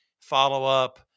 follow-up